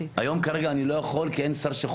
היום אני לא יכול כי אין שר שחותם.